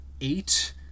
eight